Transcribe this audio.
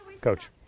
Coach